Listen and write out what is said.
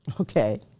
Okay